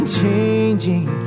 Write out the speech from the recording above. changing